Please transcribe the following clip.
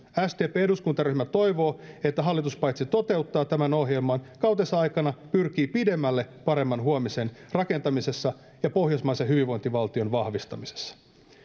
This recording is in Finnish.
sdpn eduskuntaryhmä toivoo että hallitus paitsi toteuttaa tämän ohjelman kautensa aikana myös pyrkii pidemmälle paremman huomisen rakentamisessa ja pohjoismaisen hyvinvointivaltion vahvistamisessa